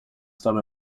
dabei